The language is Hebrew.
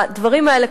הדברים האלה,